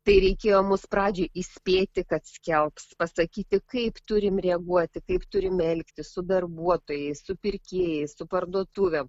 tai reikėjo mus pradžiai įspėti kad skelbs pasakyti kaip turim reaguoti kaip turime elgtis su darbuotojais su pirkėjais su parduotuvėm